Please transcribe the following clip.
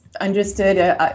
understood